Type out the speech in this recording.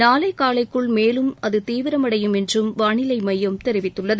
நாளை காலைக்குள் மேலும் தீவிரமடையும் என்றும் வானிலை ஆய்வு மையம் தெரிவித்துள்ளது